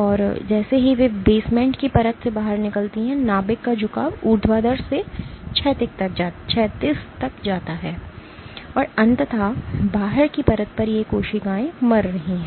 और जैसे ही वे बेसमेंट की परत से बाहर निकलती हैं नाभिक का झुकाव ऊर्ध्वाधर से क्षैतिज तक जाता है और अंततः बाहर की परत पर ये कोशिकाएँ मर रही हैं